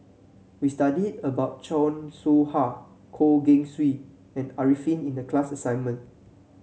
we study about Chan Soh Ha Goh Keng Swee and Arifin in the class assignment